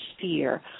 sphere